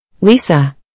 Lisa